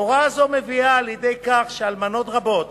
הוראה זו מביאה לידי כך שאלמנות רבות